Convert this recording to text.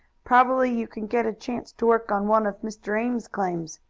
probably you can get a chance to work on one of mr. ames's claims.